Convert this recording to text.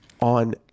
on